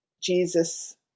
Jesus